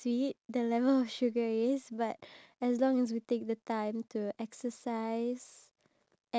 ya same okay let's talk about the buy your dad the perfect gift